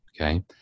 Okay